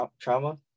trauma